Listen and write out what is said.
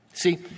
See